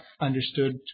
understood